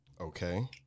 Okay